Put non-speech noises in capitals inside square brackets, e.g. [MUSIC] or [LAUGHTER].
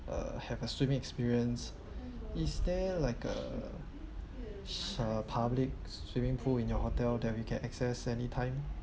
uh have a swimming experience [BREATH] is there like uh a public swimming pool in your hotel that we can access any time